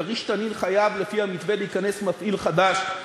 ב"כריש "תנין" חייב לפי המתווה להיכנס מפעיל חדש,